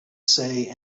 say